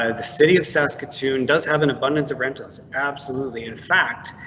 ah the city of saskatoon does have an abundance of rentals, absolutely. in fact,